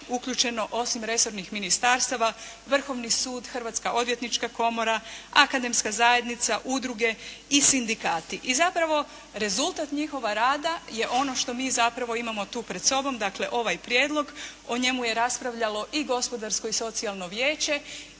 uključeno osim resornih ministarstava Vrhovni sud, Hrvatska odvjetnička komora, akademska zajednica, udruge i sindikati. I zapravo rezultat njihova rada je ono što mi zapravo imamo tu pred sobom, dakle, ovaj prijedlog. O njemu je raspravljalo i gospodarsko i socijalno vijeće